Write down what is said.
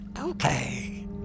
Okay